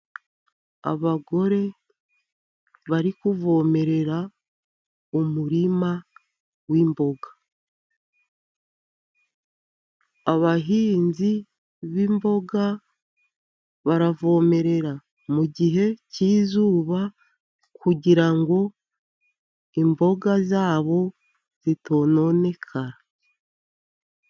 Abagore bari kuvomerera, umurima w'imboga. Abahinzi b'imboga, baravomerera mu gihe k'izuba, kugira ngo imboga zabo zitononekara.